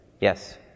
Yes